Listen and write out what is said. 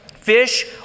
Fish